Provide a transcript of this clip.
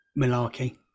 malarkey